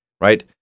right